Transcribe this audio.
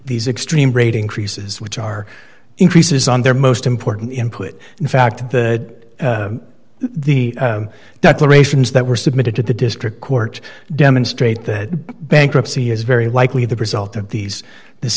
these extreme rate increases which are increases on their most important input in fact that the declaration is that were submitted to the district court demonstrate that bankruptcy is very likely the result of these this